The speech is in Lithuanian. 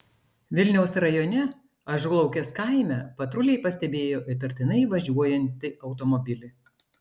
vilniaus rajone ažulaukės kaime patruliai pastebėjo įtartinai važiuojantį automobilį